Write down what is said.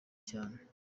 cyane